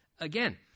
Again